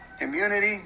immunity